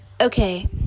Okay